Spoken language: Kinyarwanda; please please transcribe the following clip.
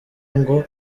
ngo